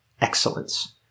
excellence